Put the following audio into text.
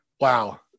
wow